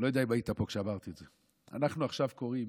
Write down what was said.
אני לא יודע אם היית פה כשאמרתי את זה: אנחנו עכשיו קוראים